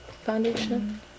foundation